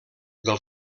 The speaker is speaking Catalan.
del